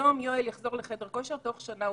אם הוא יחזור היום לחדר כושר הוא יהיה פנתר תוך שנה.